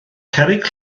cerrig